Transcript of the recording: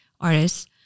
artists